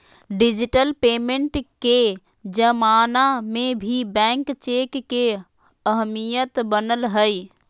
digital payment के जमाना में भी बैंक चेक के अहमियत बनल हइ